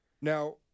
Now